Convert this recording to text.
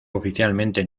oficialmente